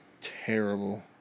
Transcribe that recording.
Terrible